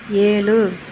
ஏழு